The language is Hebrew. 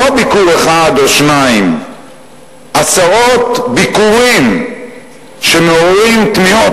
לא ביקור אחד או שניים עשרות ביקורים שמעוררים תמיהות,